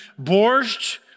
borscht